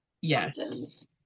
Yes